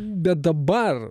bet dabar